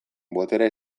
boterea